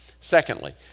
Secondly